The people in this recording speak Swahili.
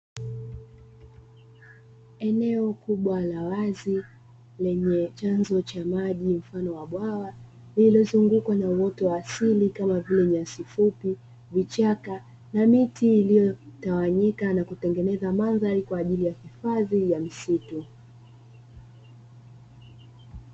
Eneo kubwa la wazi, lenye chanzo cha maji mfano wa bwawa lililozungukwa na uoto wa asili kama vile nyasi fupi, vichaka na miti iliyotawanyika na kutengeneza mandhari kwa ajili ya misitu.